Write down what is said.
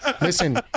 Listen